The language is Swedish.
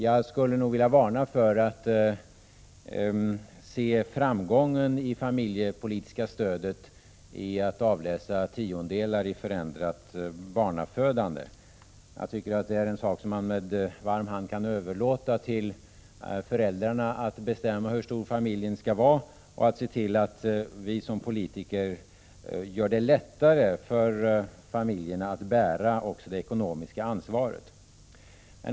Jag skulle nog vilja varna för att se en framgång i det familjepolitiska stödet genom att avläsa tiondelar i förändrat barnafödande. Jag tycker att man med varm hand kan överlåta till föräldrarna att bestämma hur stor familjen skall vara och se till att vi som politiker gör det lättare för familjerna att bära även det ekonomiska ansvaret.